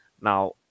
Now